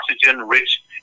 oxygen-rich